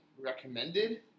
recommended